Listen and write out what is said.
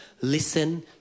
listen